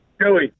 joey